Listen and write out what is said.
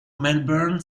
melbourne